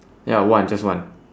ya one just one